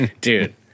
Dude